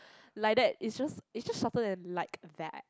like that is just is just shorter than like that